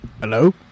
Hello